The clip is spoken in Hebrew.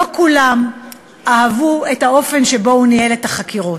לא כולם אהבו את האופן שבו הוא ניהל את החקירות.